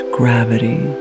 gravity